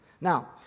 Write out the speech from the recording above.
Now